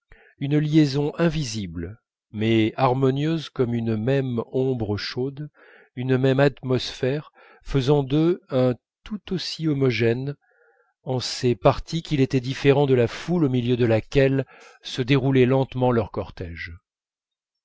une liaison invisible mais harmonieuse comme une même ombre chaude une même atmosphère faisant d'eux un tout aussi homogène en ses parties qu'il était différent de la foule au milieu de laquelle se déroulait lentement leur cortège